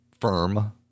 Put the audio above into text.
firm